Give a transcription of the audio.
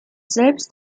selbst